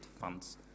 funds